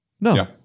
No